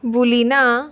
बुलिना